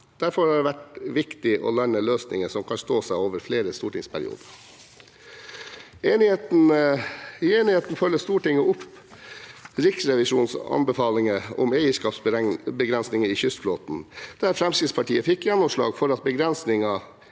Derfor har det vært viktig å lande løsninger som kan stå seg over flere stortingsperioder. I enigheten følger Stortinget opp Riksrevisjonens anbefalinger om eierskapsbegrensinger i kystflåten, der Fremskrittspartiet fikk gjennomslag for at eierskapsbegrensningen